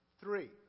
Three